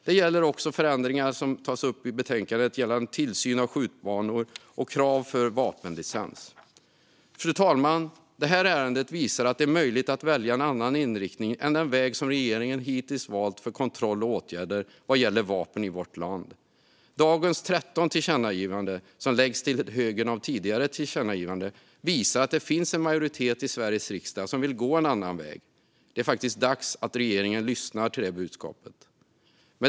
Det gäller också förändringar som tas upp i betänkandet gällande tillsyn av skjutbanor och krav för vapenlicens. Fru talman! Det här ärendet visar att det är möjligt att välja en annan inriktning än den väg som regeringen hittills valt för kontroll och åtgärder vad gäller vapen i vårt land. Dagens 13 tillkännagivanden som läggs till högen av tidigare tillkännagivanden visar att det finns en majoritet i Sveriges riksdag som vill gå en annan väg. Det är faktiskt dags att regeringen lyssnar till det budskapet.